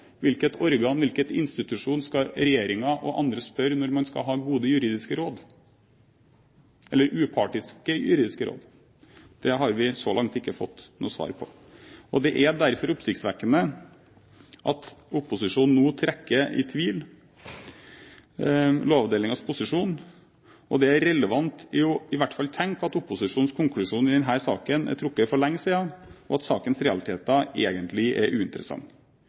Hvilket organ, hvilken institusjon, skal regjeringen og andre spørre når man skal ha upartiske juridiske råd? Det har vi så langt ikke fått noe svar på. Det er derfor oppsiktsvekkende at opposisjonen nå trekker i tvil Lovavdelingens posisjon, og det er relevant i hvert fall å tenke at opposisjonens konklusjon i denne saken er trukket for lenge siden, og at sakens realiteter egentlig er